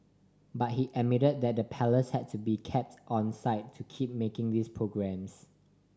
but he admitted that the Palace had to be kept onside to keep making these programmes